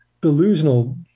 delusional